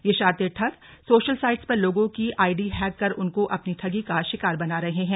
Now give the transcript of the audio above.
यह शातिर ठग सोशल साइट्स पर लोगों की आईडी हैक कर उनको अपनी ठगी का शिकार बना रहे है